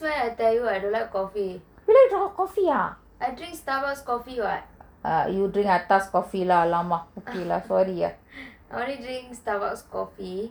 since when I tell you I don't like coffee I drink Starbucks coffee [what] I only drink Starbucks coffee